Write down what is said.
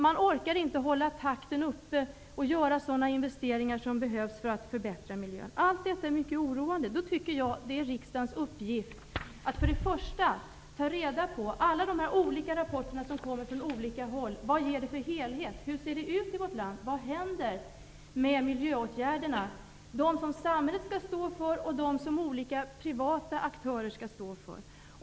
Man orkar inte hålla takten uppe och göra sådana investeringar som behövs för att förbättra miljön. Allt detta är mycket oroande. Då tycker jag att det är riksdagens uppgift att för det första ta reda på vad alla de olika rapporter som kommer från olika håll ger för helhet, ta reda på hur det ser ut i vårt land, vad som händer med miljöåtgärderna, både dem som samhället skall stå för och dem som olika privata aktörer skall stå för.